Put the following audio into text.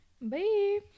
Bye